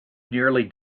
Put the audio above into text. nearly